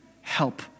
Help